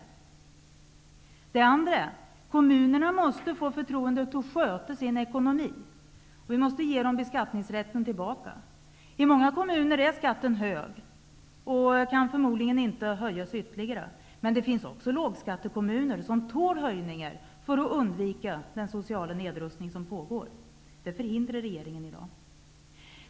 Det är mycket. Kommunerna måste dessutom få förtroendet att sköta sin ekonomi. Vi måste ge dem beskatt ningsrätten tillbaka. I många kommuner är skat ten hög och kan förmodligen inte höjas ytterli gare. Men det finns också lågskattekommuner som tål höjningar för att undvika den sociala ned rustning som pågår. Det förhindrar regeringen i dag.